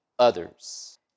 others